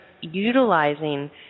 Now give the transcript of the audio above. utilizing